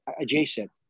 adjacent